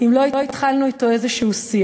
אם לא התחלנו אתו איזה שיח.